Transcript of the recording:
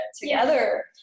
together